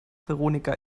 veronika